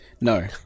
No